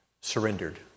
Surrendered